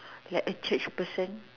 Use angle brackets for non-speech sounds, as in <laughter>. <breath> like a Church person